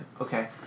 okay